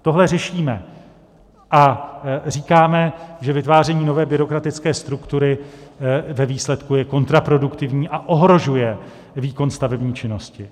Tohle řešíme a říkáme, že vytváření nové byrokratické struktury ve výsledku je kontraproduktivní a ohrožuje výkon stavební činnosti.